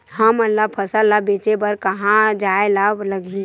हमन ला फसल ला बेचे बर कहां जाये ला लगही?